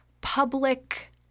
public